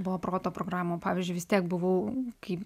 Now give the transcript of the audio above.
buvo proto programų pavyzdžiui vis tiek buvau kaip